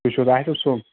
تُہۍ چھُو حظ آصِف صٲب